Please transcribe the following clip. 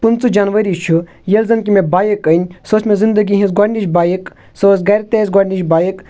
پٍنٛژٕہ جَنوری چھُ ییٚلہِ زَن کہِ مےٚ بایِک أنۍ سۅ ٲس مےٚ زِنٛدگی ہٕنٛز گۄڈنِچ بایِک سۅ ٲس گَرِ تہِ اَسہِ گۄڈنِچ بایِک